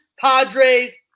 Padres